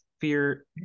fear